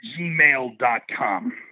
gmail.com